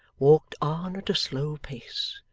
walked on at a slow pace.